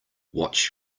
watch